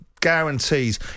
guarantees